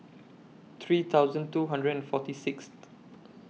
three thousand two hundred and forty Sixth